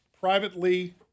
privately